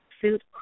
suit